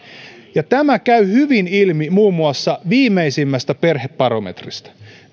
tämä käy hyvin ilmi muun muassa viimeisimmästä perhebarometrista